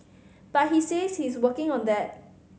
but he says he is working on that